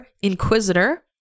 inquisitor